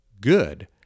good